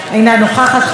חברת ענת ברקו,